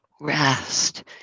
rest